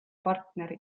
partner